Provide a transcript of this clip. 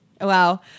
wow